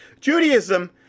judaism